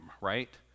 right